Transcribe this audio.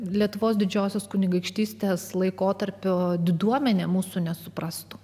lietuvos didžiosios kunigaikštystės laikotarpio diduomenė mūsų nesuprastų